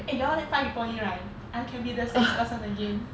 eh you all that five people only right I can be the sixth person again